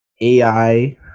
AI